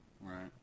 Right